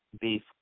beef